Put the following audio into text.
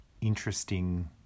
interesting